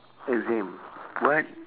exam what